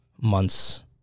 months